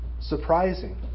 surprising